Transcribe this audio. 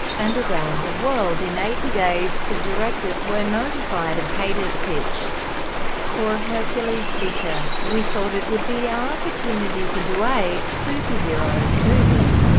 and around the world in eighty days, the directors were notified of haidar's pitch for a hercules feature. we thought it would be our opportunity to do a superhero movie,